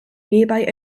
nearby